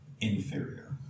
Inferior